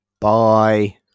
Bye